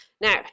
now